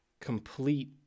complete